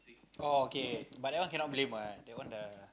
orh okay but that one cannot blame what that one the